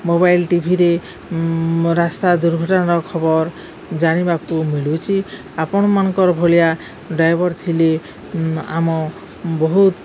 mobile ଟିଭିରେ ରାସ୍ତା ଦୁର୍ଘଟଣା ଖବର ଜାଣିବାକୁ ମିଳୁଛି ଆପଣମାନଙ୍କର ଭଳିଆ ଡ୍ରାଇଭର ଥିଲେ ଆମ ବହୁତ